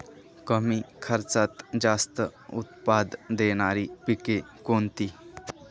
कमी खर्चात जास्त उत्पाद देणारी पिके कोणती?